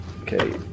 Okay